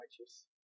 righteous